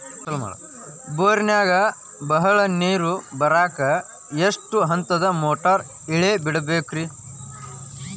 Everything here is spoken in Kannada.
ಬೋರಿನಾಗ ಬಹಳ ನೇರು ಬರಾಕ ಎಷ್ಟು ಹಂತದ ಮೋಟಾರ್ ಇಳೆ ಬಿಡಬೇಕು ರಿ?